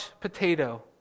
potato